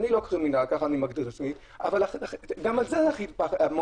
אני לא קרימינל וכך אני מגדיר את עצמי אבל גם זה פשוט מאוד,